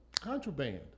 contraband